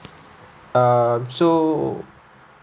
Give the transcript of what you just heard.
um so